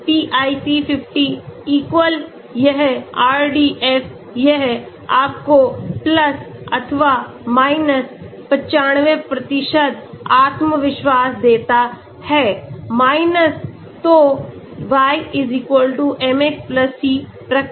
pIC 50 यह RDF यह आपको अथवा 95 आत्मविश्वास देता है तो y mx c प्रकार